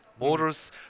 Motors